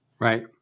Right